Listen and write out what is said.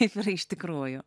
kaip yra iš tikrųjų